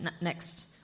next